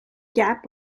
kapp